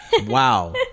Wow